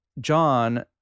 John